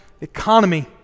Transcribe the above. economy